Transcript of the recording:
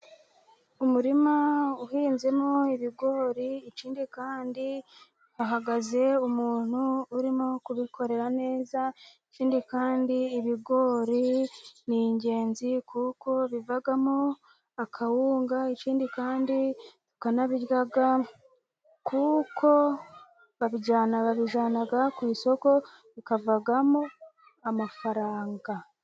Umurima uhinzemo ibigori, ikindi kandi hahagaze umuntu urimo kubikorera neza, ikindi kandi ibigori ni ingenzi, kuko bivamo akawunga, ikindi kandi tukanabirya, kuko babijyana ku isoko, bikavamo amafaranga.